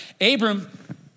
Abram